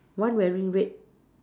one wearing red